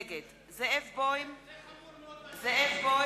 נגד זאב בוים, אינו נוכח זה חמור מאוד, מה שהיה.